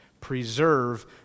preserve